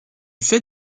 fait